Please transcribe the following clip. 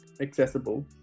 accessible